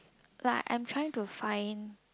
like I'm trying to find